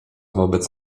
wobec